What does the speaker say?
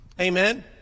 Amen